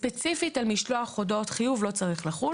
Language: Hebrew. ספציפית על משלוח הודעות חיוב לא צריך לחול.